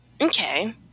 Okay